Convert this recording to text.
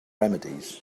remedies